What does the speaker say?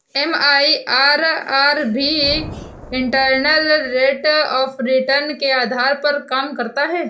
MIRR भी internal rate of return के आधार पर काम करता है